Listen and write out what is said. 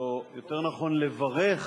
או יותר נכון לברך